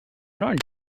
not